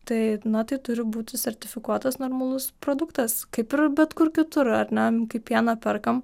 tai na tai turi būti sertifikuotas normalus produktas kaip ir bet kur kitur ar ne kai pieną perkam